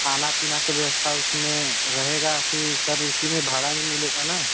खाने पीने की व्यवथा उस में रहेगी कि सर उसी में भाड़े में मिलेगा ना